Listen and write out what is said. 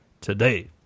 today